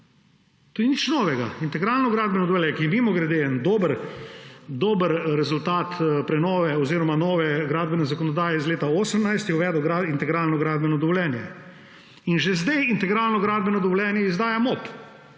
To ni nič novega. Integralno gradbeno dovoljenje je mimogrede en dober rezultat prenove oziroma nove gradbene zakonodaje iz leta 2018, ki je uvedla integralno gradbeno dovoljenje. Že zdaj integralno gradbeno dovoljenje izdaja MOP.